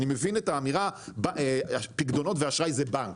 אני מבין את האמירה שפיקדונות ואשראי זה בנק,